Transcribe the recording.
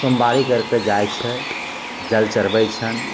सोमबारी करि कऽ जाइत छै जल चढ़बैत छनि